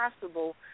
possible